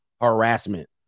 harassment